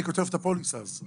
אני כותב את הפוליסה הזו.